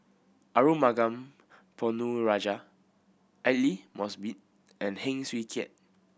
Arumugam Ponnu Rajah Aidli Mosbit and Heng Swee Keat